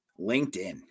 LinkedIn